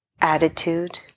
attitude